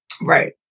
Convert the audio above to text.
Right